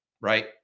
right